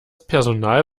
personal